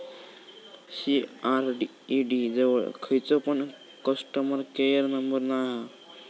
CRED जवळ खयचो पण कस्टमर केयर नंबर नाय हा